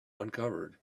uncovered